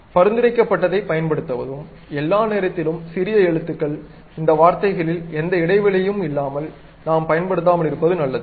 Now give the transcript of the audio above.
பரிந்துரைக்கப்பட்டதைப் பயன்படுத்துவதும் எல்லா நேரத்திலும் சிறிய எழுத்துக்கள் இந்த வார்த்தைகளில் எந்த இடைவெளியயும் நாம் பயன்படுத்தாமல் இருப்பது நல்லது